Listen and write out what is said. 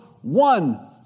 one